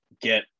get